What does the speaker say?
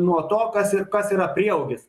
nuo to kas ir kas yra prieaugis